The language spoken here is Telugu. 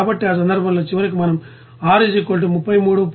కాబట్టి ఆ సందర్భంలో చివరకు మనం R 33